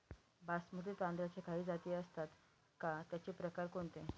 बासमती तांदळाच्या काही जाती असतात का, त्याचे प्रकार कोणते?